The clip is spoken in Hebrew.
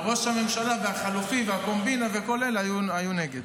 ראש הממשלה והחלופי והקומבינה וכל אלה היו נגד.